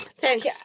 Thanks